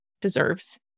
deserves